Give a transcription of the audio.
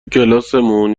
کلاسمون